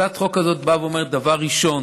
הצעת החוק הזאת אומרת דבר ראשון